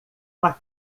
uma